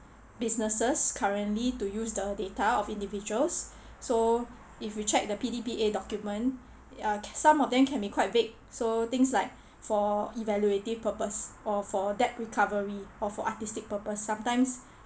businesses currently to use the data of individuals so if you check the P_D_P_A document ya some of them can be quite big so things like for evaluative purpose or for that recovery or for artistic purpose sometimes